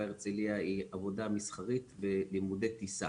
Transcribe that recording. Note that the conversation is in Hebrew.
הרצליה היא עבודה מסחרית ולימודי טיסה.